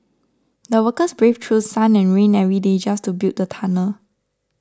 the workers braved through sun and rain every day just to build the tunnel